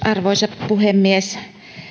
arvoisa puhemies